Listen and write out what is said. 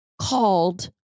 called